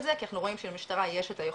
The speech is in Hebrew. זה כי אנחנו רואים שלמשטרה יש את היכולות.